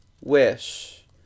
wish